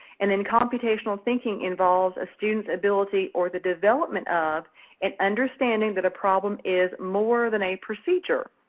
and then computational thinking involves a student's ability or the development of an understanding that a problem is more than a procedure.